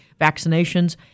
vaccinations